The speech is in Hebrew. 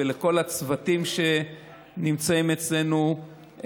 ולכל הצוותים שנמצאים אצלנו,